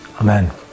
Amen